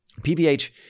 PBH